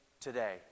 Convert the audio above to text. today